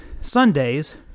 Sundays